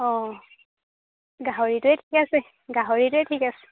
অঁ গাহৰিটোৱে ঠিক আছে গাহৰিটোৱে ঠিক আছে